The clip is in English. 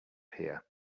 here